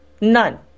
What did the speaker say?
None